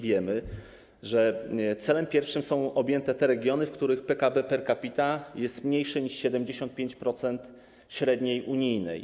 Wiemy, że celem pierwszym są objęte te regiony, w których PKB per capita jest mniejsze niż 75% średniej unijnej.